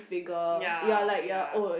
ya ya